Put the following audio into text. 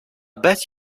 bet